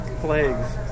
Plagues